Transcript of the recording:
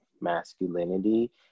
masculinity